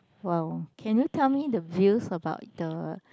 !wow! can you tell me the views about the